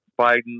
Biden